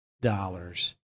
dollars